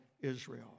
Israel